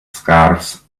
scarves